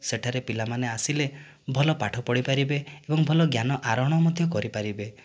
ସେଠାରେ ପିଲାମାନେ ଆସିଲେ ଭଲ ପାଠ ପଢ଼ି ପାରିବେ ଏବଂ ଭଲ ଜ୍ଞାନ ଆରୋହଣ ମଧ୍ୟ କରିପାରିବେ